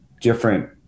different